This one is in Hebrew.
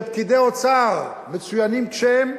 שפקידי ישראל, מצוינים כפי שהם,